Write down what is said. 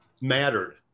mattered